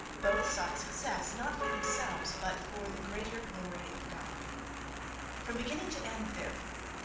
both sought success, not for themselves, but for the greater glory of god from beginning to end, therefore,